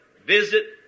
visit